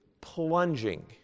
plunging